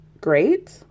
great